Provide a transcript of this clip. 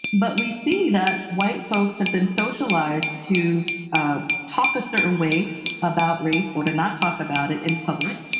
but we see that white folks have been socialized to ah talk a certain way about race, or to not talk about it in public,